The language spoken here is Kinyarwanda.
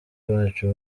bacu